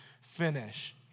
finish